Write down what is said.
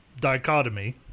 dichotomy